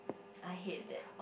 I hate that